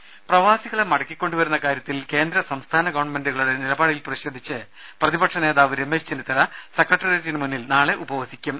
ദരദ പ്രവാസികളെ മടക്കിക്കൊണ്ടു വരുന്ന കാര്യത്തിൽ കേന്ദ്ര സംസ്ഥാന ഗവൺമെന്റുകളുടെ നിലപാടിൽ പ്രതിഷേധിച്ച് പ്രതിപക്ഷ നേതാവ് രമേശ് ചെന്നിത്തല സെക്രട്ടറിയേറ്റിന് മുന്നിൽ നാളെ ഉപവസിക്കും